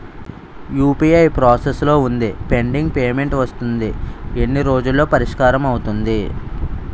UPI process లో వుంది pending payment వస్తుంది ఎన్ని రోజుల్లో పరిష్కారం అవుతుంది